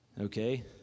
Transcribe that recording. okay